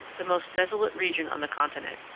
the most desolate region on the continent.